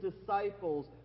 disciples